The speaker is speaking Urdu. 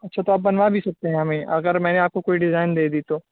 اچھا تو آپ بنوا بھی سکتے ہیں ہمیں اگر میں نے آپ کو کوئی ڈیزائن دے دی تو